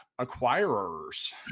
acquirers